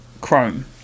chrome